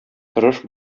тырыш